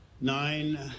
nine